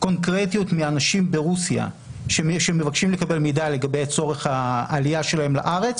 קונקרטיות מאנשים ברוסיה שמבקשים לקבל מידע לגבי צורך העלייה שלהם לארץ.